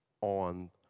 on